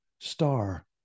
star